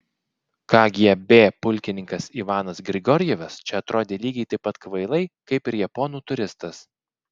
kgb pulkininkas ivanas grigorjevas čia atrodė lygiai taip pat kvailai kaip ir japonų turistas